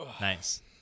Nice